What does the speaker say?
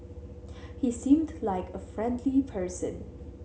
he seemed like a friendly person